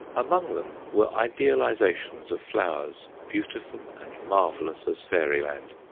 among them were idealizations of flowers, beautiful and marvellous as fairyland,